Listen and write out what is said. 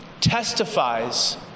testifies